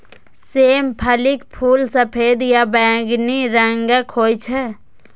सेम फलीक फूल सफेद या बैंगनी रंगक होइ छै